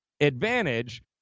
advantage